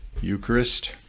Eucharist